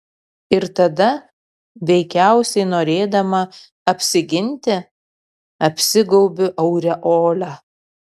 ir tada veikiausiai norėdama apsiginti apsigaubiu aureole